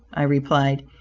i replied,